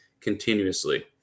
continuously